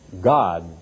God